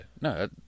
No